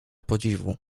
podziwu